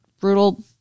brutal